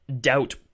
doubt-